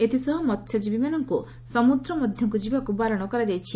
ଏଥିସହିତ ମହ୍ୟଜୀବୀମାନଙ୍କୁ ସମୁଦ୍ର ମଧକୁ ଯିବାକୁ ବାରଣ କରାଯାଇଛି